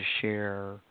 share